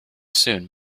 soon